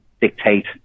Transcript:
dictate